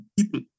people